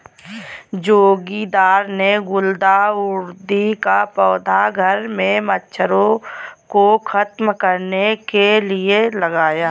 जोगिंदर ने गुलदाउदी का पौधा घर से मच्छरों को खत्म करने के लिए लगाया